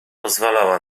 pozwalała